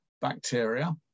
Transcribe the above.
bacteria